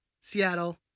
Seattle